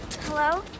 hello